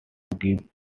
give